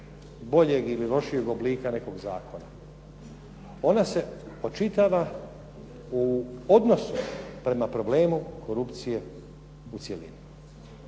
boljeg ili lošijeg oblika nekog zakona. Ona se očitava u odnosu prema problemu korupcije u cjelini.